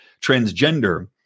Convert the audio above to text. transgender